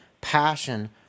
passion